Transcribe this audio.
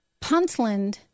Puntland